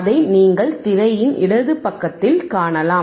அதை நீங்கள் திரையின் இடது பக்கத்தில் காணலாம்